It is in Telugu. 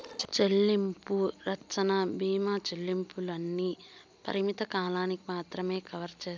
చెల్లింపు రచ్చన బీమా చెల్లింపుల్ని పరిమిత కాలానికి మాత్రమే కవర్ సేస్తాది